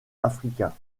africain